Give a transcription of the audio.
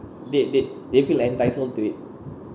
they they they feel entitled to it